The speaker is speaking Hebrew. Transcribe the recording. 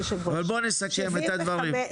אבל בואו נסכם את הדברים.